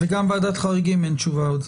גם ועדת חריגים אין תשובה עוד.